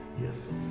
Yes